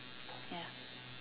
ya